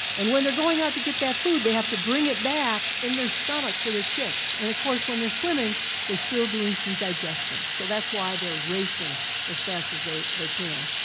and when they're going out to get that food they have to bring it back in their stomach for their chicks, and of course when they're swimming they're still doing some digestion, so that's why they're racing as fast as they they can.